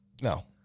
No